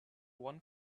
one